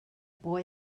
boy